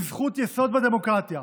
היא זכות יסוד בדמוקרטיה,